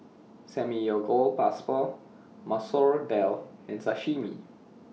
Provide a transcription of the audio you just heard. Samgeyopsal Masoor Dal and Sashimi